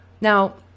Now